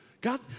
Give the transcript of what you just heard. God